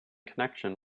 connection